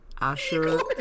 Asher